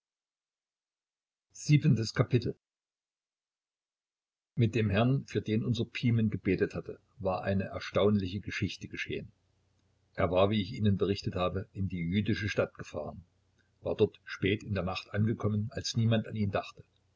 mit dem herrn für den unser pimen gebetet hatte war eine erstaunliche geschichte geschehen er war wie ich ihnen berichtet habe in die jüdische stadt gefahren war dort spät in der nacht angekommen als niemand an ihn dachte